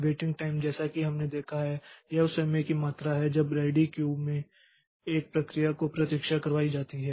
waiting time जैसा कि हमने देखा है यह उस समय की मात्रा है जब रेडी क्यू में एक प्रक्रिया को प्रतीक्षा करवाई जाती है